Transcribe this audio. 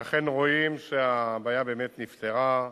ואכן, רואים שהבעיה אכן נפתרה.